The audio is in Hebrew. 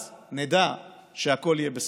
אז נדע שהכול יהיה בסדר.